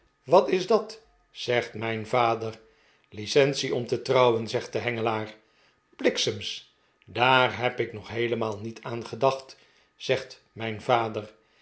wat is dat zegt mijn vader licenceom te trouwen zegt de hengelaar bliksems daar heb ik nog heelemaal niet aan gedacht zegt mijn vader